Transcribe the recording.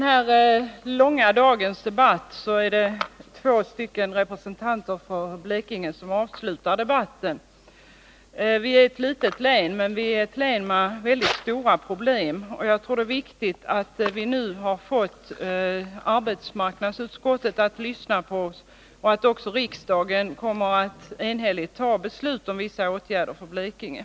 Herr talman! Det är två representanter för Blekinge som avslutar den här dagens långa debatt. Blekinge är ett litet län men ett län med väldigt stora problem, och jag tror det är viktigt att vi nu har fått arbetsmarknadsutskottet att lyssna på oss och att riksdagen enhälligt kommer att fatta beslut om vissa åtgärder för Blekinge.